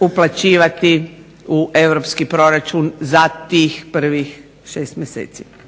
uplaćivati u europski proračun za tih prvih 6 mjeseci.